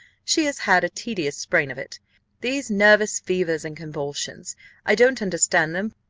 she has had a tedious sprain of it these nervous fevers and convulsions i don't understand them,